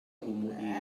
homoehe